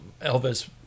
Elvis